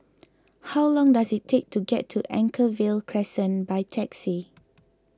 how long does it take to get to Anchorvale Crescent by taxi